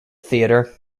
theater